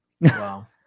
Wow